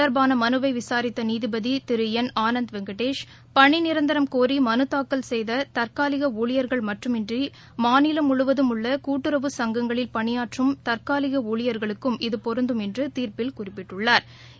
தொடர்பானமனுவைவிசாரித்தநீதிபதிதிருஎன் வெங்கடேஷ் பணிநிரந்தரம் இது கோரிமனுதாக்கல் செய்ததற்காலியஊழியர்கள் மட்டுமன்றி மாநிலம் முழுவதும் உள்ளகூட்டுறவு சங்கங்களில் பணியாற்றும் தற்காலிகஊழியா்களுக்கும் இது பொருந்துஎன்றுதீாப்பில் குறிப்பிட்டுள்ளாா்